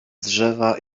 drzewa